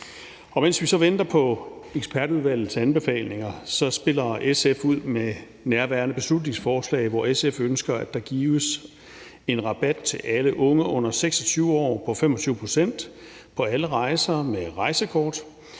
Mens vi så venter på ekspertudvalgets anbefalinger, spiller SF ud med nærværende beslutningsforslag, hvor SF ønsker, at der gives en rabat til alle unge under 26 år på 25 pct. på alle rejser med rejsekort,